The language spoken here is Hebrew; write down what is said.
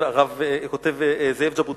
זאב ז'בוטינסקי.